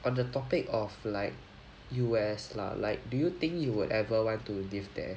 on the topic of like U_S lah like do you think you would ever want to live there